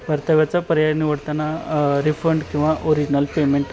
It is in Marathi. परताव्याचा पर्याय निवडताना रिफंड किंवा ओरिजनल पेमेंट